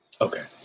Okay